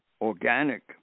organic